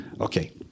Okay